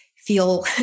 feel